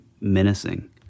menacing